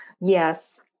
Yes